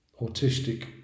autistic